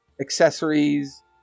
accessories